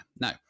now